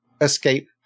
escape